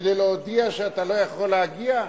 כדי להודיע שאתה לא יכול להגיע?